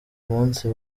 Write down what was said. munsi